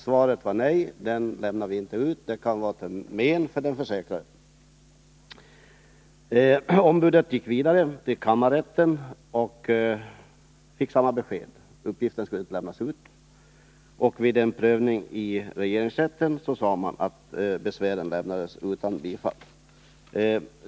Svaret blev nej — ”den uppgiften lämnar vi inte ut, den kan vara till men för den försäkrade”. Ombudet gick vidare till kammarrätten och fick samma besked — uppgiften skulle inte lämnas ut. Vid en prövning i regeringsrätten lämnades besvären utan bifall.